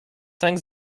cinq